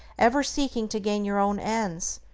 ever seeking to gain your own ends,